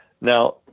Now